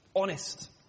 Honest